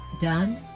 Done